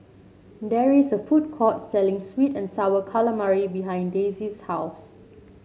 there is a food court selling sweet and sour calamari behind Daisey's house